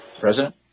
President